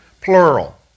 plural